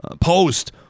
post